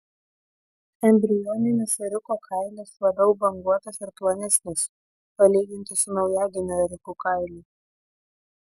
embrioninis ėriuko kailis labiau banguotas ir plonesnis palyginti su naujagimių ėriukų kailiu